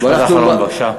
משפט אחרון, בבקשה.